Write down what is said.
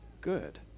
good